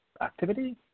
activity